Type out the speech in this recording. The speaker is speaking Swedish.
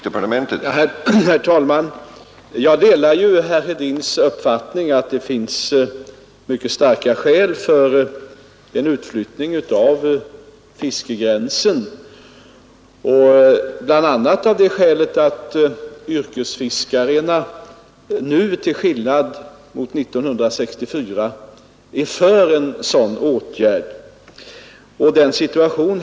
Herr talman! Jag delar herr Hedins uppfattning att det finns mycket starka skäl för en utflyttning av fiskegränsen, bl.a. det skälet att yrkesfiskarena nu är för en sådan åtgärd, till skillnad mot vad de var 1964.